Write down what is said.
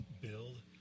build